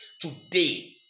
today